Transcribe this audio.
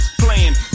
playing